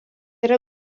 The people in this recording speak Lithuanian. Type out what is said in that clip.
yra